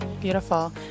Beautiful